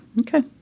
Okay